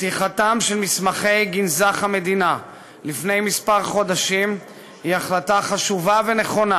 פתיחתם של מסמכי גנזך המדינה לפני כמה חודשים היא החלטה חשובה ונכונה,